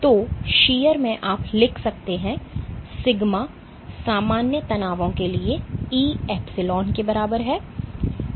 तो यह शीयर है आप लिख सकते हैं सिग्मा सामान्य तनावों के लिए E एप्सिलॉन के बराबर है